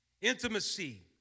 intimacy